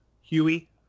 Huey